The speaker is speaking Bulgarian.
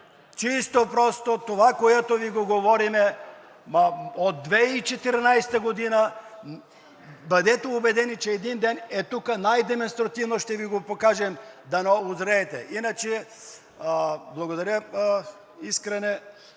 Чисто и просто това, което Ви говорим от 2014 г., бъдете убедени, че един ден тук най-демонстративно ще Ви го покажем, дано узреете. Иначе благодаря, Искрене,